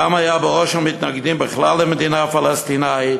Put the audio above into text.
פעם הוא היה בראש המתנגדים בכלל למדינה פלסטינית,